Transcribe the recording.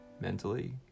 mentally